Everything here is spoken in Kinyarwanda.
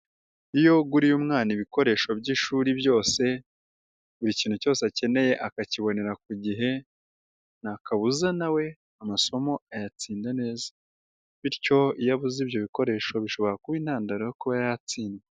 Iyo uguriye umwana ibikoresho by'ishuri byose, buri kintu cyose akeneye akakibonera ku gihe, ntakabuza nawe amasomo ayatsinda neza bityo iyo abuze ibyo bikoresho bishobora kuba intandaro yo kuba yatsindwa.